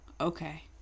okay